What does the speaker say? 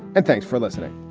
and thanks for listening